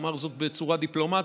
אומר זאת בצורה דיפלומטית,